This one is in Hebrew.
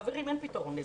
חברים, אין פתרון לזה.